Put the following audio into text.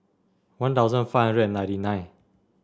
One Thousand five hundred and ninety nine